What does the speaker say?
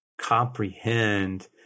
comprehend